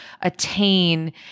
attain